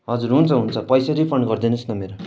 हजुर हुन्छ हुन्छ पैसा रिफन्ड गरिदिनुहोस् न मेरो